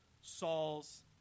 Saul's